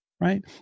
Right